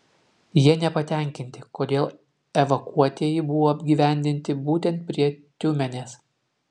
jie nepatenkinti kodėl evakuotieji buvo apgyvendinti būtent prie tiumenės